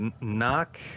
Knock